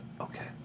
Okay